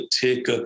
take